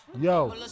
yo